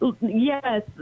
yes